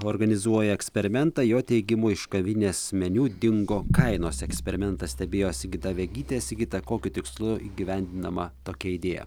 organizuoja eksperimentą jo teigimu iš kavinės meniu dingo kainos eksperimentą stebėjo sigita vegytė sigita kokiu tikslu įgyvendinama tokia idėja